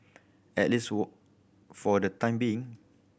at least for the time being